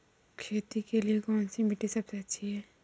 खेती के लिए कौन सी मिट्टी सबसे अच्छी है?